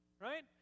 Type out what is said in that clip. Right